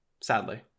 sadly